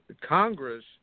Congress